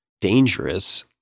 dangerous